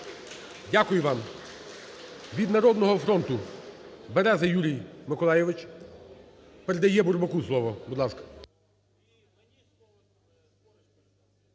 Дякую вам. Від "Народного фронту" Береза Юрій Миколайович передає Бурбаку слово, будь ласка.